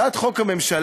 הצעת חוק הממשלה,